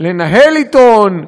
לנהל עיתון,